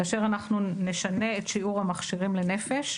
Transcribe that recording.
כאשר אנחנו נשנה את שיעור המכשירים לנפש,